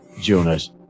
Jonas